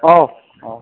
औ औ